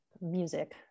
music